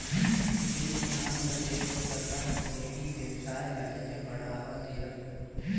दूद के मांग ल देखके सरकार हर डेयरी बेवसाय ल ढेरे बढ़ावा देहत हे